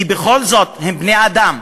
כי בכל זאת הם בני-אדם,